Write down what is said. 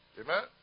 Amen